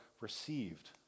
received